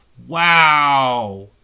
Wow